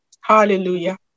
Hallelujah